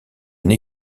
une